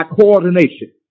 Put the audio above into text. coordination